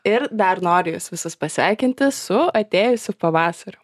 ir dar noriu jus visus pasveikinti su atėjusiu pavasariu